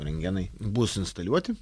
rentgenai bus instaliuoti